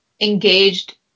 engaged